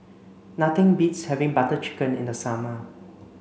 nothing beats having Butter Chicken in the summer